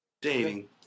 Dating